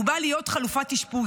הוא בא להיות חלופת אשפוז,